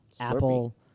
apple